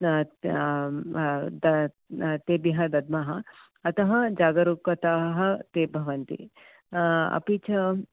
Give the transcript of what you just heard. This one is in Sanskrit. तेभ्यः दद्मः अतः जागरुकताः ते भवन्ति अपि च